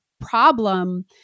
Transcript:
problem